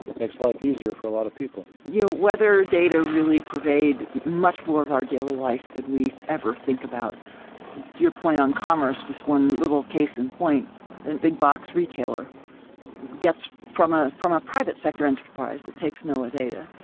makes life easier for a lot of people. you know weather data really pervade much more of our daily life than we ever think about your point on commerce, just one little case in point and big box retailer gets from a from a private sector enterprise that takes no ah data.